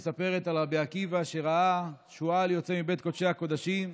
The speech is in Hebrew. מספרת על רבי עקיבא שראה שועל יוצא מבית קודשי הקודשים,